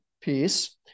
piece